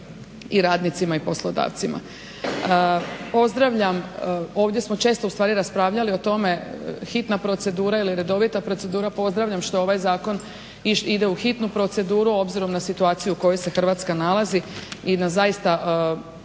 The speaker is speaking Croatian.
i radnicima i poslodavcima. Pozdravljam ovdje smo često ustvari raspravljali o tome hitna procedura ili redovita procedura, pozdravljam što ovaj zakon ide u hitnu proceduru obzirom na situaciju u kojoj se Hrvatska nalazi i na zaista